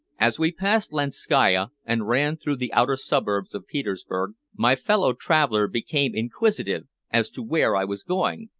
as we passed lanskaya, and ran through the outer suburbs of petersburg, my fellow-traveler became inquisitive as to where i was going,